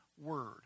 word